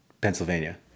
Pennsylvania